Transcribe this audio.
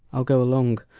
i'll go along,